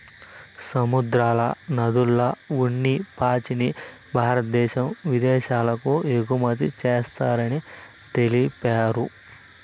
సముద్రాల, నదుల్ల ఉన్ని పాచిని భారద్దేశం ఇదేశాలకు ఎగుమతి చేస్తారని తెలిపారు